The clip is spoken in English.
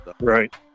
Right